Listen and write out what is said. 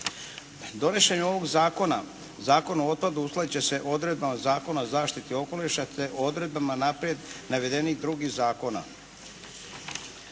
Donošenjem ovog zakona, Zakon o otpadu uskladiti će se odredbama Zakona o zaštiti okoliša, te odredbama naprijed navedenih drugih zakona.